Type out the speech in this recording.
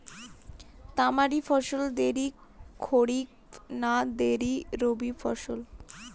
তামারি ফসল দেরী খরিফ না দেরী রবি ফসল?